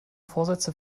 vorsätze